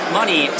money